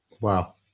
Wow